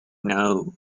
know